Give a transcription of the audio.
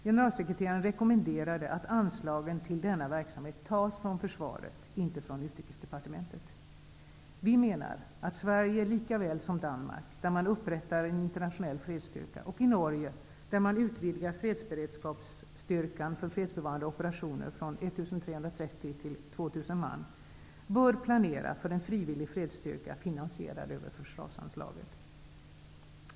Generalsekreteraren rekommenderade att anslagen till denna verksamhet tas från försvaret, inte från Vi menar att man i Sverige -- likaväl som i Danmark, där man upprättar en internationell fredsstyrka, och i Norge där man utvidgar fredsberedskapsstyrkan för fredsbevarande operationer från l 330 till 2 000 man -- bör planera för en frivillig fredsstyrka finansierad över försvarsanslaget.